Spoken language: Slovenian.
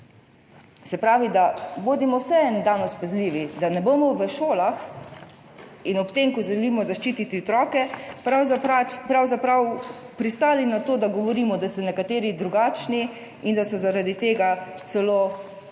Se pravi, da bodimo danes vseeno pazljivi, da ne bomo v šolah in ob tem, ko želimo zaščititi otroke, pravzaprav pristali na to, da govorimo, da so nekateri drugačni in da so zaradi tega celo